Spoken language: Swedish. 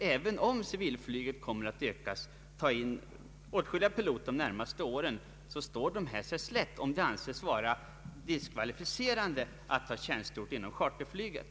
Även om civilflyget kommer att utökas och ta in åtskilliga piloter under de närmaste åren, står sig de nu friställda slätt, om det anses vara diskvalificerande att ha tjänstgjort inom charterflyget.